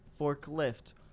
forklift